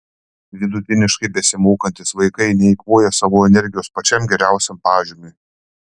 vidutiniškai besimokantys vaikai neeikvoja savo energijos pačiam geriausiam pažymiui